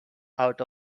out